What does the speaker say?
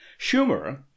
Schumer